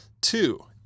Two